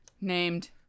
named